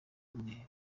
umwere